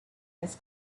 his